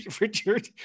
Richard